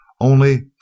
only